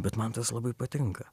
bet man tas labai patinka